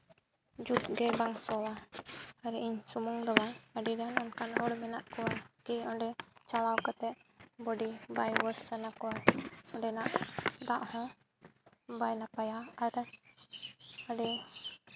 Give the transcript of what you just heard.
ᱡᱩᱛ ᱜᱮ ᱵᱟᱝ ᱥᱚᱣᱟ ᱚᱱᱟᱜᱮ ᱤᱧ ᱥᱩᱢᱩᱝ ᱫᱚ ᱵᱟᱝ ᱟᱹᱰᱤᱜᱟᱱ ᱚᱱᱠᱟᱜᱟᱱ ᱦᱚᱲ ᱢᱮᱱᱟᱜ ᱠᱚᱣᱟ ᱠᱤ ᱚᱸᱰᱮ ᱪᱟᱞᱟᱣ ᱠᱟᱛᱮ ᱪᱟᱞᱟᱣ ᱠᱟᱛᱮ ᱵᱚᱰᱤ ᱵᱟᱭ ᱚᱣᱟᱥ ᱥᱟᱱᱟ ᱠᱚᱣᱟ ᱚᱸᱰᱮᱱᱟᱜ ᱫᱟᱜ ᱦᱚᱸ ᱵᱟᱭ ᱱᱟᱯᱟᱭᱟ ᱟᱨ ᱟᱹᱰᱤ